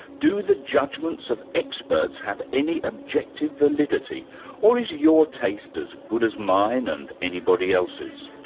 do the judgments of experts have any objective validity or is your taste as good as mine and anybody else's?